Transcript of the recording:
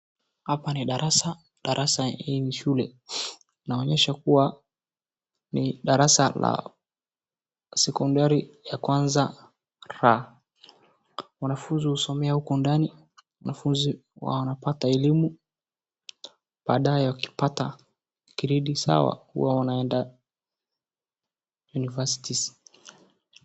Hapa ni darasa, darasa hii ni shule. Inaonyesha kuwa ni darasa la sekondari ya kwanza ra, wanafunzi husomea huku ndani, wanafunzi wanapata elimu baadae wakipata gredi zao huwa wanaenda universities .